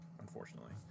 unfortunately